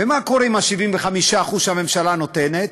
ומה קורה עם ה-75% שהממשלה נותנת?